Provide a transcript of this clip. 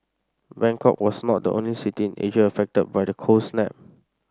Bangkok was not the only city in Asia affected by the cold snap